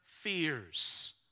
Fears